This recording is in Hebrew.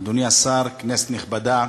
אדוני השר, כנסת נכבדה,